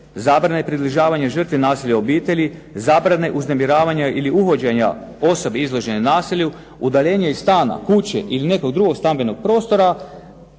zabrane približavanja žrtvi nasilja u obitelji, zabrane uznemiravanja ili uvođenja osobe izložene nasilju, udaljenje iz stana, kuće ili nekog drugog stambenog prostora